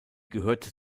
gehört